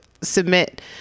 submit